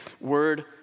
word